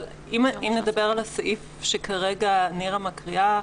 אם נדבר על הסעיף שכרגע נירה קוראת,